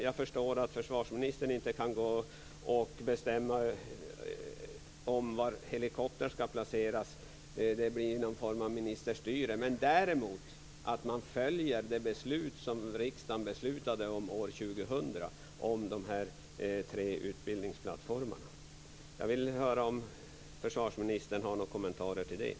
Jag förstår att försvarsministern inte kan bestämma var helikoptrar ska placeras - det skulle bli en form av ministerstyre - men jag vill understryka att man bör följa det beslut som riksdagen fattade år 2000 om de tre utbildningsplattformarna. Har försvarsministern några kommentarer till detta?